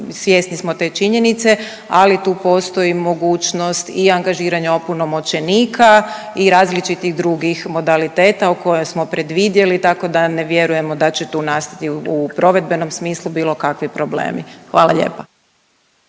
svjesni smo te činjenice, ali tu postoji mogućnost i angažiranja opunomoćenika i različitih drugih modaliteta koja smo predvidjeli tako da ne vjerujemo da će tu nastati u provedbenom smislu bilo kakvi problemi. Hvala lijepa.